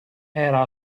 era